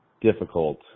difficult –